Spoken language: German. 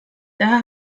daher